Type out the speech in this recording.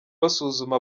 basuzuma